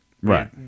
right